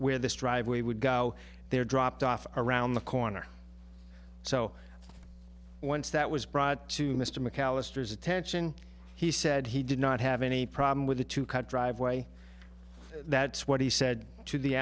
where this driveway would go they are dropped off around the corner so once that was brought to mr mcallister's attention he said he did not have any problem with the two cut driveway that's what he said to